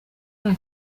nta